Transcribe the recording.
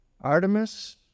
Artemis